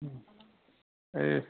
এই